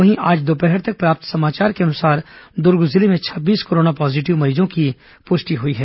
वहीं आज दोपहर तक प्राप्त समाचार के अनुसार दुर्ग जिले में छब्बीस कोरोना पॉजीटिव मरीजों की पुष्टि हुई है